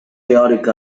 teòric